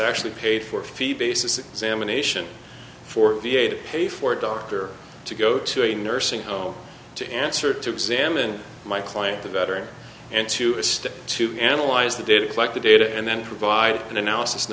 actually paid for fee basis examination for v a pay for a doctor to go to a nursing home to answer to examine my client the better and to stick to analyze the data collect the data and then provide an analysis and